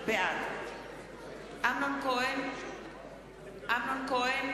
בעד אמנון כהן,